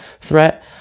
threat